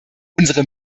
unsere